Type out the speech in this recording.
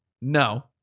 No